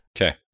Okay